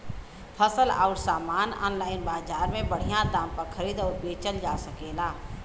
फसल अउर सामान आनलाइन बजार में बढ़िया दाम पर खरीद अउर बेचल जा सकेला